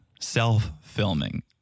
self-filming